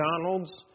McDonald's